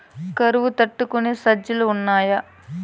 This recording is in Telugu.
కరువు తట్టుకునే సజ్జలు ఉన్నాయా